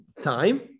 time